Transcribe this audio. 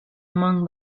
among